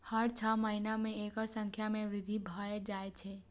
हर छह महीना मे एकर संख्या मे वृद्धि भए जाए छै